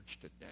today